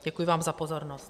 Děkuji vám za pozornost.